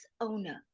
owner